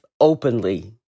openly